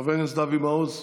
חבר הכנסת אבי מעוז.